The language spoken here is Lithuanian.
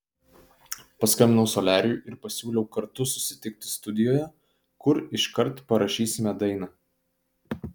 paskambinau soliariui ir pasiūliau kartu susitikti studijoje kur iškart parašysime dainą